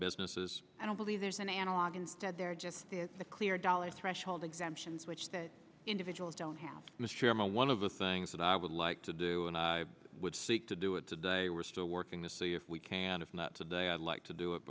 businesses i don't believe there's an analog instead there just is the clear dollars threshold exemptions which that individuals don't have missed chairman one of the things that i would like to do and i would seek to do it today we're still working to see if we can if not today i'd like to do it